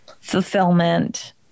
Fulfillment